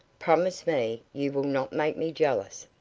promise me you will not make me jealous,